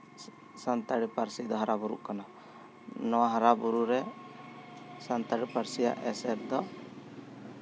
ᱥᱟᱱᱛᱟᱲᱤ ᱯᱟᱹᱨᱥᱤ ᱫᱚ ᱦᱟᱨᱟ ᱵᱩᱨᱩᱜ ᱠᱟᱱᱟ ᱱᱚᱶᱟ ᱦᱟᱨᱟᱵᱩᱨᱩ ᱨᱮ ᱥᱟᱱᱛᱟᱲᱤ ᱯᱟᱹᱨᱥᱤᱭᱟᱜ ᱮᱥᱮᱨ ᱫᱚ